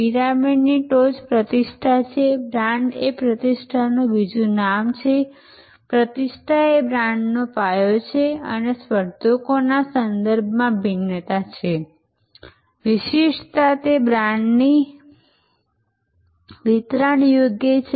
પિરામિડની ટોચ પ્રતિષ્ઠા છે બ્રાન્ડ એ પ્રતિષ્ઠાનું બીજું નામ છે પ્રતિષ્ઠા એ બ્રાન્ડનો પાયો છે અને સ્પર્ધકોના સંદર્ભમાં ભિન્નતા છે વિશિષ્ટતા એ બ્રાન્ડની વિતરણ યોગ્ય છે